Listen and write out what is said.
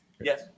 Yes